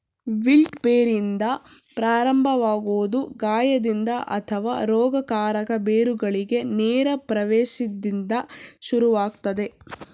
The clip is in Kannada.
ವಿಲ್ಟ್ ಬೇರಿಂದ ಪ್ರಾರಂಭವಾಗೊದು ಗಾಯದಿಂದ ಅಥವಾ ರೋಗಕಾರಕ ಬೇರುಗಳಿಗೆ ನೇರ ಪ್ರವೇಶ್ದಿಂದ ಶುರುವಾಗ್ತದೆ